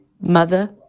mother